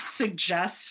suggest